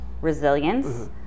resilience